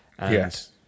Yes